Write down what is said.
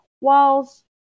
walls